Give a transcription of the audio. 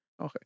Okay